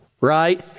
right